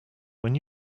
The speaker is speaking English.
when